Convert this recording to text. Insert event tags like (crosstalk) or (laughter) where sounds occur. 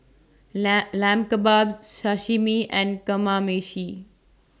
(unintelligible) Lamb Kebabs Sashimi and Kamameshi